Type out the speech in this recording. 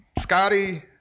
Scotty